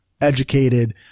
educated